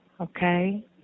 okay